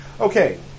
Okay